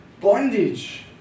bondage